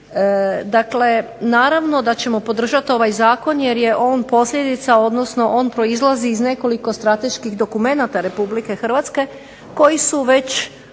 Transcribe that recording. Dakle, naravno da ćemo podržati ovaj zakon jer je on posljedica, odnosno on proizlazi iz nekoliko strateških dokumenata Republike Hrvatske, koji su već